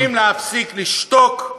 חייבים להפסיק לשתוק.